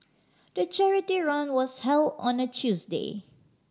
the charity run was held on a Tuesday